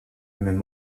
même